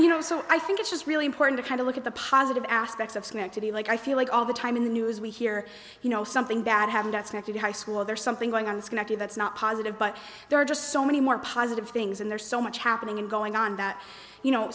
you know so i think it's just really important to kind of look at the positive aspects of sneck to be like i feel like all the time in the news we hear you know something bad happened at stanford high school there's something going on it's going to that's not positive but there are just so many more positive things and there's so much happening and going on that you know